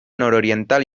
nororiental